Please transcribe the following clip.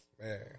man